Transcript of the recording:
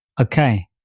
Okay